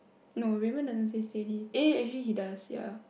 no Raymond doesn't say steady eh actually he does ya